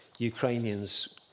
Ukrainians